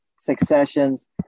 Successions